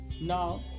Now